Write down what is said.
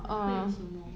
like 会有什么